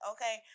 Okay